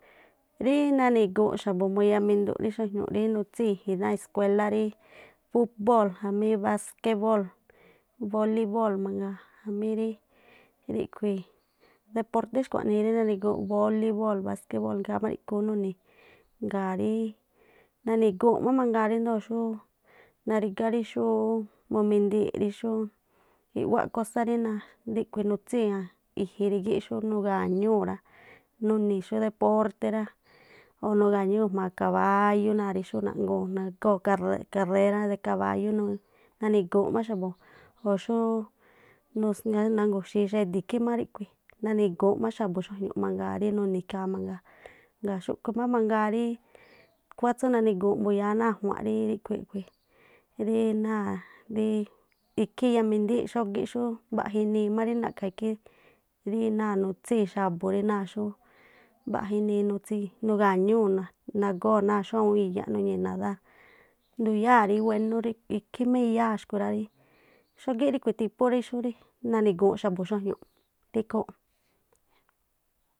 Ri i nanigu̱unꞌ xa̱bu̱ muyaminduꞌ rí xuajñu̱ꞌ rí nutsíi̱n i̱ji̱n rí náa̱ escuelá. rí́ fúꞌbóo̱l, jamí baskebol, bolibol mangaa jamí rí rí̱khui mangaa, deporté xkuaꞌnii rí nangi̱gu̱ꞌ bolibol, baskebol ikhaa má ríꞌkhui̱ ú nuni̱. Ngaa̱ rí nani̱guu̱n má mangaa rí xú narígá rí mumindii̱ꞌ, i̱ꞌwáꞌ kósá rí xú nutsíi̱n an i̱ji̱n rígíꞌ rí xú nugañúu̱ rá, nuni̱i̱ xú depórté rá, o̱ nugañúu̱ jma̱a kabáyú náa̱̱ rí xú naꞌnguu̱n nagóo̱. kare- karerá- de kabáyú nuni̱ nanigu̱unꞌ má xa̱bu̱ o̱ xúú nusŋa̱ nangu̱xi̱in xe̱di̱ ikhí má rí̱khui̱ nani̱gu̱un má xa̱bu̱ xuajñu̱ꞌ mangaa rí nuni̱ ikhaa mangaa. Ngaa̱ xúꞌkhu̱ má mangaa rí khúwá tsú nani̱gu̱unꞌ mbuyáá náa̱ ajua̱nꞌ rí ríꞌkhui̱ khui̱, rí náa̱ ikhí iya mindíi̱ꞌ xógíꞌ xú mbaꞌna inii má rí naꞌkha̱ ikhí, rí náa̱ nutsíi̱n xa̱bu̱ rí náa̱ nutsii náa̱ nuga̱ñúu̱ nagóo̱ ná̱a xú awúún iyaꞌ nuñii̱ nadá̱a. Nduyáa̱ rí wénú rí ikhí má iyáa̱ xkui̱ rá rí xógíꞌ ríkhui̱ típú rí xú rí nani̱gu̱unꞌ xa̱bu̱ xuaj̱̱ñu̱ꞌ ri khúúnꞌ.